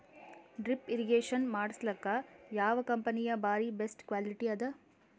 Drip irrigation ಮಾಡಸಲಕ್ಕ ಯಾವ ಕಂಪನಿದು ಬಾರಿ ಬೆಸ್ಟ್ ಕ್ವಾಲಿಟಿ ಅದ?